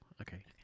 Okay